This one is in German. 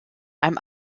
einem